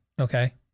Okay